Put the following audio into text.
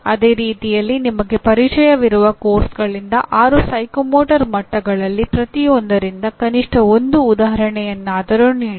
ಅದೇ ರೀತಿಯಲ್ಲಿ ನಿಮಗೆ ಪರಿಚಯವಿರುವ ಪಠ್ಯಕ್ರಮಗಳಿಂದ ಆರು ಮನೋಪ್ರೇರಣಾ ಮಟ್ಟಗಳಲ್ಲಿ ಪ್ರತಿಯೊಂದರಿಂದ ಕನಿಷ್ಠ ಒಂದು ಉದಾಹರಣೆಯನ್ನಾದರೂ ನೀಡಿ